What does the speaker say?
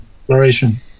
exploration